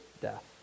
death